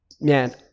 man